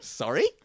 Sorry